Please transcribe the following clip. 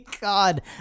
God